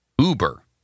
Uber